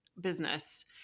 business